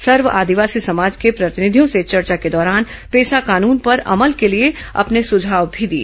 सर्व आदिवासी समाज के प्रतिनिधियों ने चर्चा के दौरान पेसा कानून पर अमल के लिए अपने सुझाव भी दिए